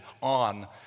on